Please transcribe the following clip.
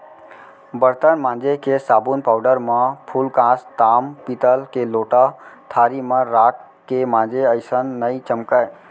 बरतन मांजे के साबुन पाउडर म फूलकांस, ताम पीतल के लोटा थारी मन राख के मांजे असन नइ चमकय